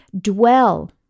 dwell